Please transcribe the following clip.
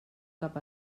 cap